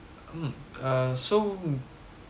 mm uh so